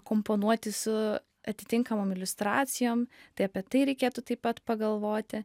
komponuoti su atitinkamom iliustracijom tai apie tai reikėtų taip pat pagalvoti